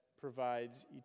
provides